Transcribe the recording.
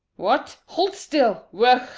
what! hold still! wo